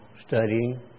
studying